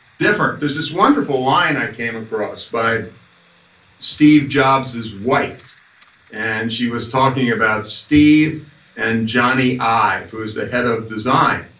different there's this wonderful line i came across by steve jobs' wife and she was talking about steve and jony i've, who is the head of design.